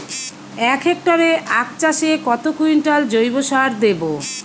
এক হেক্টরে আখ চাষে কত কুইন্টাল জৈবসার দেবো?